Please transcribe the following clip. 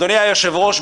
אדוני היושב-ראש,